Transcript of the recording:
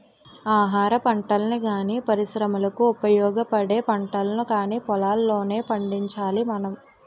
ఆహారపంటల్ని గానీ, పరిశ్రమలకు ఉపయోగపడే పంటల్ని కానీ పొలంలోనే పండించాలి మనం